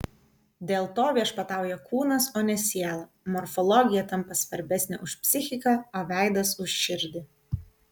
dėl to viešpatauja kūnas o ne siela morfologija tampa svarbesnė už psichiką o veidas už širdį